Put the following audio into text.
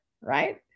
right